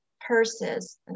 purses